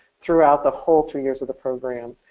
throughout the whole two years of the program